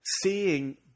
seeing